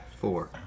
four